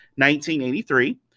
1983